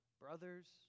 Brothers